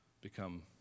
become